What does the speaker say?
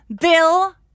Bill